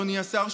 אדוני השר,